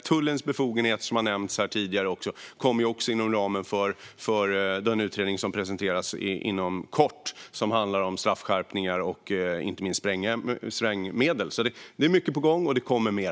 Tullens befogenheter, som nämndes här tidigare, kommer att tas upp inom ramen för den utredning som presenteras inom kort och som handlar om straffskärpningar och sprängmedel. Det är mycket på gång, och det kommer mer.